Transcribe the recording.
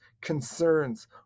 concerns